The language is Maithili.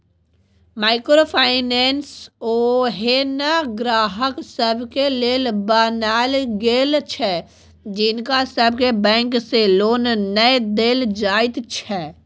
माइक्रो फाइनेंस ओहेन ग्राहक सबके लेल बनायल गेल छै जिनका सबके बैंक से लोन नै देल जाइत छै